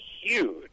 huge